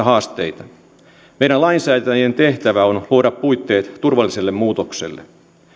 haasteita meidän lainsäätäjien tehtävä on luoda puitteet turvalliselle muutokselle